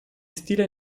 stile